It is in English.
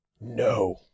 no